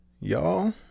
y'all